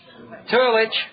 Turlich